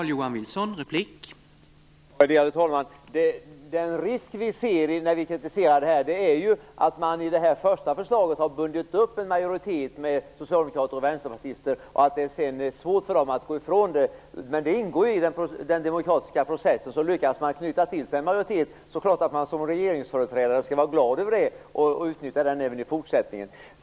Värderade talman! Den risk vi ser när vi kritiserar detta är ju att man i det första förslaget har bundit upp en majoritet med socialdemokrater och vänsterpartister och att det sedan är svårt för dem att gå ifrån det ställningstagandet. Men det ingår i den demokratiska processen. Lyckas man knyta till sig en majoritet är det klart att man som regeringsföreträdare skall vara glad över det och utnyttja den även i fortsättningen.